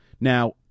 Now